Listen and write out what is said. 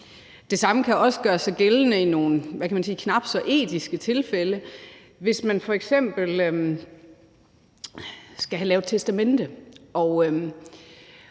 Det samme kan også gøre sig gældende i nogle knap så etiske tilfælde. Hvis man f.eks. skal have lavet testamente